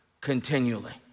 continually